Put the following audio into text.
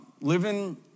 living